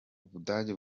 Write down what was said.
ubudage